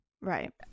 Right